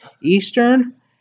Eastern